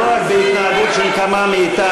זה לא רק בהתנהגות של כמה מאתנו,